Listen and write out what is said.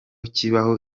kibaho